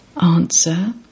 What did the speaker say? Answer